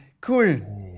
Cool